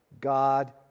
God